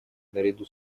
наряду